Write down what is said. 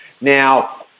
Now